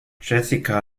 jessica